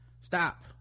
Stop